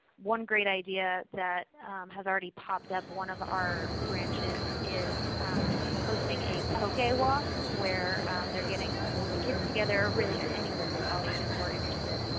one great idea that has already popped up, one of our branches is hosting a poke walk where they are getting the kids together, really ah anybody of all ages who are interested,